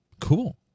cool